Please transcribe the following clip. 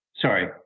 Sorry